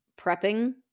prepping